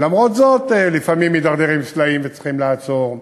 למרות זאת, לפעמים מידרדרים סלעים וצריך לעצור.